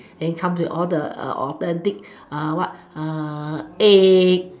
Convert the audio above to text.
comes with all the authentic what egg